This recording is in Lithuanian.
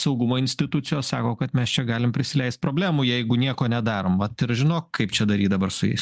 saugumo institucijos sako kad mes čia galim prisileist problemų jeigu nieko nedarom vat tai ir žinok kaip čia daryt dabar su jais